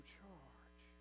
charge